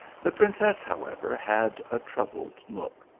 the princess, however, had a troubled look.